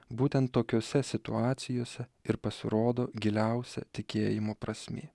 būtent tokiose situacijose ir pasirodo giliausia tikėjimo prasmė